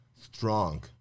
strong